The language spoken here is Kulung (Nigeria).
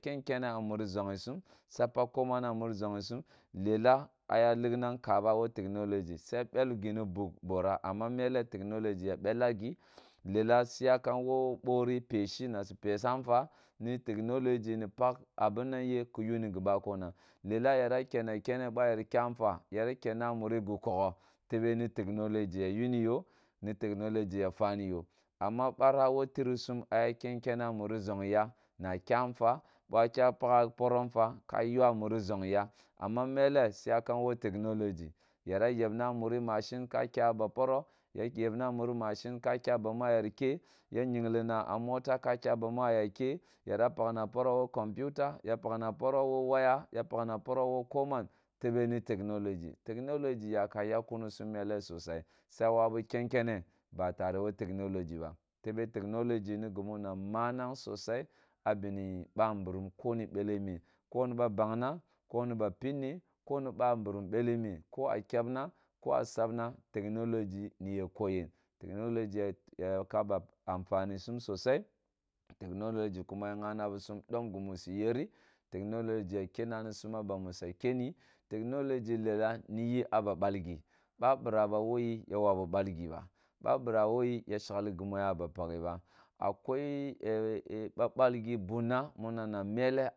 Su ken kenneh ah muri zongsum, suya pak koamn ah muri zongsum, lelah ah ya tikna kabag woh technology, suya bel gi ni buk borah amma melleh, technology ya bellah gi, lelah su yakam woh bohri pesigina su pesha fwa, ni technology ni pak abin nan ye ki yuni gi bakuna lelah yira ken na kenneh ba yer kyah fwa yera kenna ah mura go kogho tebe ni technology ya yunī yoh, ni technology ya faniyoh amma barah woh terisum ya ken kennah ah muri nzongyah na kyah fwa ba kyah pakha poroh na fwa muri nzongyah, amma meleh suyakam woh technology, yira yepna muri machine ka kyah ba poroh, ya yepna muri machine ka kyah bami ya yeri kyeh, yira nghinglina ah mota ka kyah bami ah yeri kyeh, yira nghinglina ah mota ka kyah bami ya yeri kyeh, yira pakna poroh woh computr, ya pakna ko man tebeni technology, technology yaka yak kunisum melah sosai su ya wawu ken kenneh botareh woh technology tebe technology ni gima na manag sosai ah beni babirim ko ni belah meh, koni ba bangna, koni ba pinneh, koni babirim belleh meh, ko ah kepna, ko ah sapna technology ni yeh ko yen, technology kuma ya nghana ba sum domp gimi su yeri, technology yira keni na sum ah bami ya yeri kyeshi technology lelah mi yi ah ba balgi ba birak woh technology, ah wawu ba balgiba, technology lelah ba biraba woh yi, yah wawu ba balgiba ba bira ba woh yi, ya shekhi gimi ya paghe ba, ah kwoi ba balgi bunna mi nana melleh.